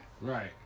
Right